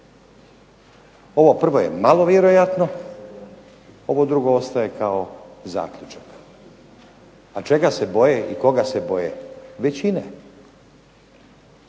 Ovo prvo je malo vjerojatno, ovo drugo ostaje kao zaključak. A čega se boje i koga se boje? Većine.